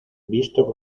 visto